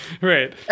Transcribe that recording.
Right